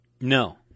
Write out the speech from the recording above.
No